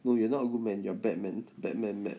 no you're not a good man you're bad man bad man mad